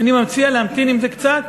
אני מציע להמתין עם זה קצת.